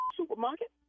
supermarket